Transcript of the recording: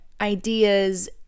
ideas